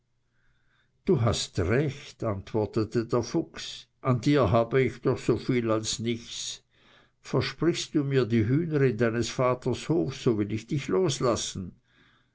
du hast recht antwortete der fuchs an dir habe ich doch so viel als nichts versprichst du mir die hühner indeines vaters hof so will ich dich loslassen